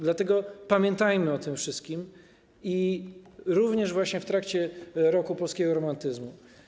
Dlatego pamiętajmy o tym wszystkim również w trakcie Roku Polskiego Romantyzmu.